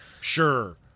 Sure